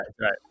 right